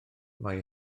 mae